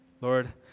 Lord